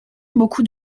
beaucoup